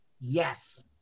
Yes